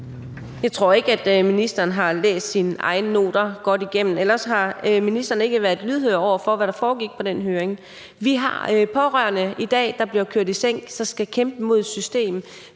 Jeg tror ikke, at ministeren har læst sin egne noter godt igennem, eller også har ministeren ikke været lydhør over for, hvad der foregik på den høring. Vi har pårørende i dag, der bliver kørt i sænk, fordi de skal kæmpe imod systemet.